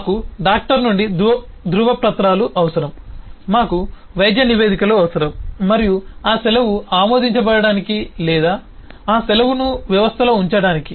మాకు డాక్టర్ నుండి ధృవపత్రాలు అవసరం మాకు వైద్య నివేదికలు అవసరం మరియు ఆ సెలవు ఆమోదించబడటానికి లేదా ఆ సెలవును వ్యవస్థలో ఉంచడానికి